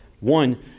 One